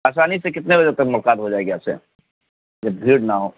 آسانی سے کتنے بجے تک ملاقات ہو جائے گی آپ سے جب بھیڑ نہ ہو